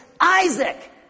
Isaac